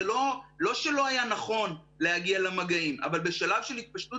לא שלא היה נכון להגיע למגעים אבל בשלב של התפשטות